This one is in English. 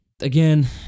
again